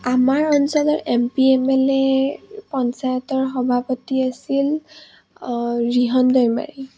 আমাৰ অঞ্চলৰ M P M L এৰ পঞ্চায়তৰ সভাপতি আছিল ৰিহন দৈমাৰী